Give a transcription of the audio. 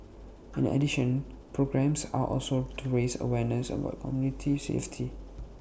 in addition programmes are also to raise awareness about commuter safety